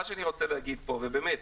מה שאני רוצה להגיד פה ובאמת,